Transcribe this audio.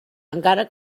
encara